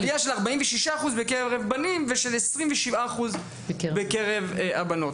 עלייה של 46% בקרב בנים ושל 27% בקרב הבנות.